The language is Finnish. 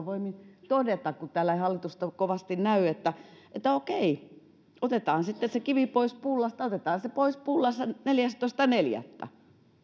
voimin todeta kun täällä ei hallitusta kovasti näy että että okei otetaan sitten se kivi pois pullasta otetaan se pois pullasta neljästoista neljättä